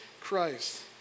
Christ